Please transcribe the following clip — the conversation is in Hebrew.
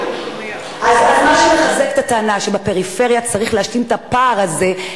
אז מה שמחזק את הטענה שבפריפריה צריך להשלים את הפער הזה,